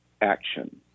action